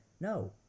No